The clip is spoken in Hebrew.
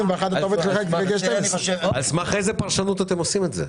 2021 אתה עובד 1 חלקי 12. על סמך איזה פרשנות אתם עושים את זה?